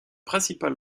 principale